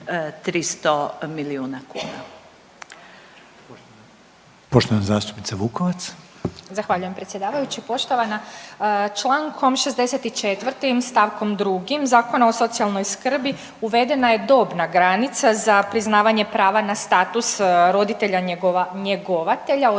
300 milijuna kuna.